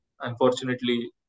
unfortunately